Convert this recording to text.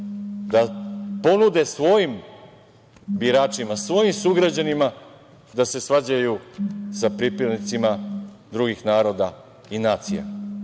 da ponude svojim biračima, svojim sugrađanima da se svađaju sa pripadnicima drugih naroda i nacija.